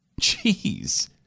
Jeez